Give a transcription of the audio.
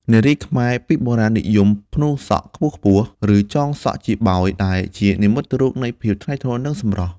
នារីខ្មែរពីបុរាណនិយមផ្នួងសក់ខ្ពស់ៗ ឬចងសក់ជាបោយ ដែលជានិមិត្តរូបនៃភាពថ្លៃថ្នូរ និងសម្រស់។